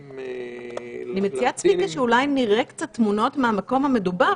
אני מציעה שאולי נראה קצת תמונות מהמקום המדובר